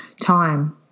time